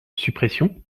suppression